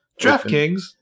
DraftKings